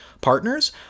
partners